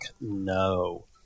no